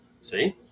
See